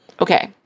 Okay